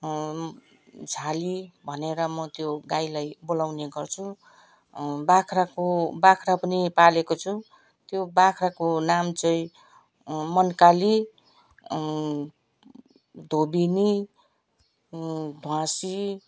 झाली भनेर म त्यो गाईलाई बोलाउने गर्छु बाख्राको बाख्रा पनि पालेको छु त्यो बाख्राको नाम चाहिँ मनकाली धोबिनी ध्वाँसी